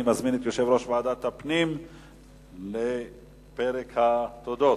אני מזמין את יושב-ראש ועדת הפנים לפרק התודות.